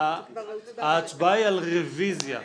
ההצבעה היא על רוויזיה.